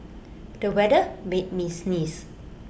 the weather made me sneeze